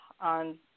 on